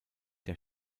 der